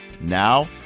Now